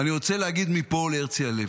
ואני רוצה להגיד מפה להרצי הלוי: